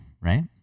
Right